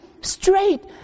straight